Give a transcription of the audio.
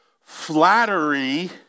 Flattery